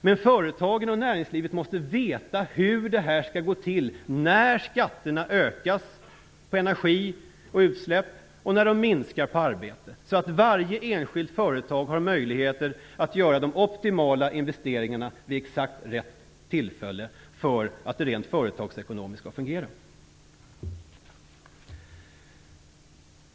Men företagen och näringslivet måste veta hur det här skall gå till, när skatterna ökas på energi och utsläpp och när de minskar på arbete. Då har varje enskilt företag möjlighet att göra de optimala investeringarna vid exakt rätt tillfälle så att det fungerar rent företagsekonomiskt.